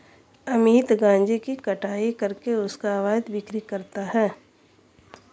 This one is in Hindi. अमित गांजे की कटाई करके उसका अवैध बिक्री करता है